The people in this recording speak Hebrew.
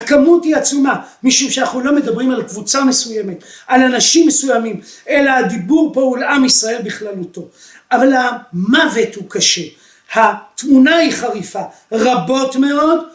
הכמות היא עצומה, משום שאנחנו לא מדברים על קבוצה מסוימת, על אנשים מסוימים, אלא הדיבור פה הוא לעם ישראל בכללותו, אבל המוות הוא קשה, התמונה היא חריפה, רבות מאוד